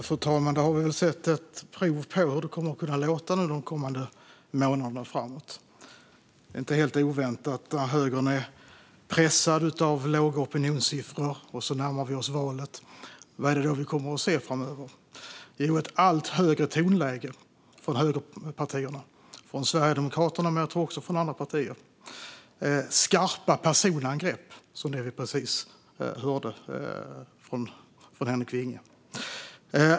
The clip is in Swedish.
Fru talman! Då har vi hört ett prov på hur det kommer att kunna låta de kommande månaderna. Det är inte helt oväntat när högern är pressad av låga opinionssiffror, och valet närmar sig. Vad är det då vi kommer att höra framöver? Jo, ett allt högre tonläge från högerpartierna, från Sverigedemokraterna men också från andra partier, och skarpa personangrepp, som det vi precis hörde från Henrik Vinge.